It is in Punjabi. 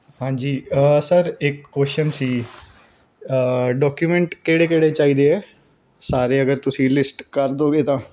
ਹਾਂਜੀ ਸਰ ਇੱਕ ਕੋਸ਼ਨ ਸੀ ਡਾਕਯੂਮੈਂਟ ਕਿਹੜੇ ਕਿਹੜੇ ਚਾਹੀਦੇ ਹੈ ਸਾਰੇ ਅਗਰ ਤੁਸੀਂ ਲਿਸਟ ਕਰ ਦਵੋਗੇ ਤਾਂ